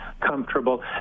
comfortable